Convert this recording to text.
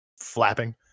flapping